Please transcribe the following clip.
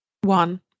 One